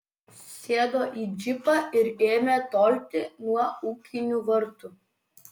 sėdo į džipą ir ėmė tolti nuo ūkinių vartų